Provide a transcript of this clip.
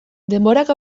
denborak